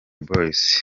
boys